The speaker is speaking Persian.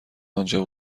آنجا